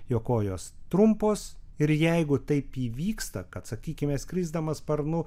jo kojos trumpos ir jeigu taip įvyksta kad sakykime skrisdamas sparnu